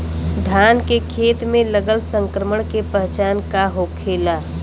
धान के खेत मे लगल संक्रमण के पहचान का होखेला?